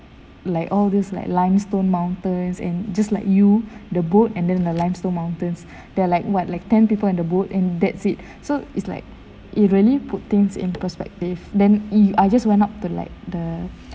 like all these like limestone mountains and just like you the boat and then the limestone mountains there are like what like ten people in the boat and that's it so it's like it really put things in perspective then !ee! I just went up to like the